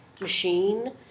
machine